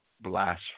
Blasphemy